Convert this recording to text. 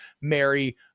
mary